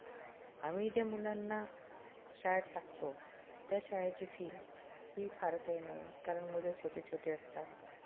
आम्ही ज्या मुलांना शाळेत टाकतो त्या शाळेची फी ही फार काही नाही कारण मुले छोटे छोटे असतात